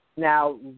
Now